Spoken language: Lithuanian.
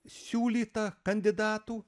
siūlyta kandidatų